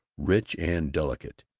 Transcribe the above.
rich and delicate.